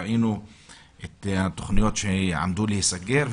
ראינו את התוכניות שעמדו להיסגר,